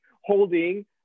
holding